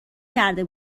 کرده